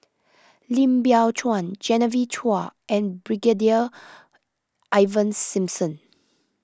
Lim Biow Chuan Genevieve Chua and Brigadier Ivan Simson